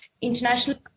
international